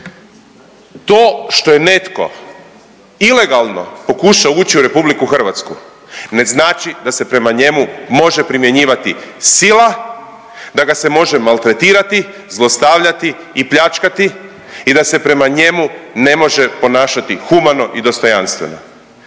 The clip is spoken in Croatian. To što je netko ilegalno pokušao ući u Republiku Hrvatsku ne znači da se prema njemu može primjenjivati sila, da ga se može maltretirati, zlostavljati i pljačkati i da se prema njemu ne može ponašati humano i dostojanstveno.